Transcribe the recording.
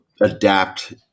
adapt